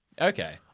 Okay